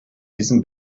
diesem